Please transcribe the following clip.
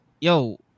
yo